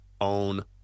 own